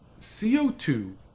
CO2